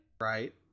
Right